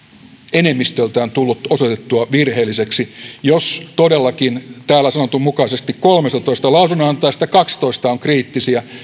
enemmistöltään tullut osoitettua virheelliseksi jos todellakin täällä sanotun mukaisesti kolmestatoista lausunnonantajasta kaksitoista on kriittisiä